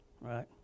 right